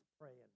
praying